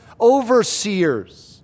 overseers